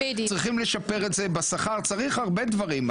צריכים לשפר את זה בשכר צריך הרבה דברים,